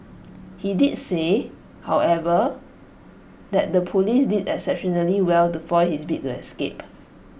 he did say however that the Police did exceptionally well to foil his bid to escape